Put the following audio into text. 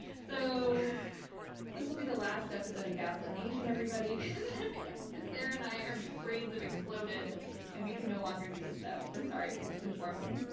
so this will be the last episode of gaslit nation everybody because sarah and i, our brains have exploded and we can no longer do the show. we're sorry to inform you.